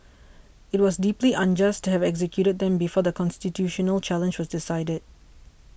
it was deeply unjust to have executed them before the constitutional challenge was decided